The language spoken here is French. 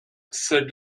salle